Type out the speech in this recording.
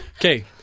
Okay